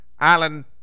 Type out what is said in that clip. Alan